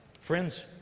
friends